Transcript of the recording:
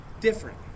different